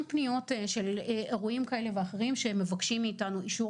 פניות של אירועים כאלה ואחרים שהם מבקשים מאיתנו אישור